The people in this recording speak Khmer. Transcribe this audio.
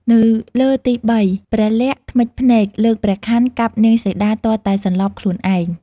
នៅលើទីបីព្រះលក្សណ៍ធ្មេចភ្នែក លើកព្រះខ័នកាប់នាងសីតាទាល់តែសន្លប់ខ្លួនឯង។